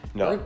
no